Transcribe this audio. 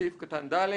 בסעיף קטן (ד),